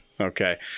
Okay